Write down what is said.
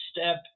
step